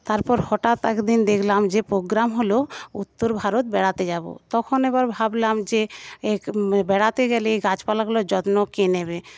তারপর হঠাৎ একদিন দেখলাম যে পোগ্রাম হলো উত্তরভারত বেড়াতে যাবো তখন এবার ভাবলাম যে বেড়াতে গেলে এই গাছপালাগুলোর যত্ন কে নেবে